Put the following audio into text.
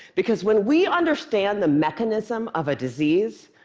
because when we understand the mechanism of a disease,